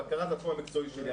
בקרה זה התחום המקצועי שלי.